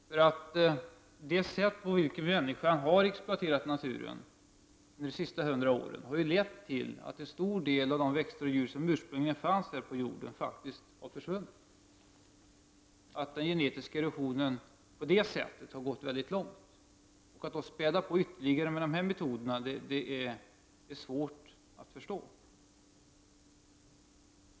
Det sätt på vilket människan har exploaterat naturen de sista hundra åren har ju lett till att en stor del av de växter och djur som ursprungligen fanns här på jorden faktiskt har försvunnit. Den genetiska erosionen har på det sättet gått väldigt långt. Att i det läget späda på ytterligare med dessa metoder är något som är mycket svårt att förstå.